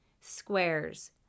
squares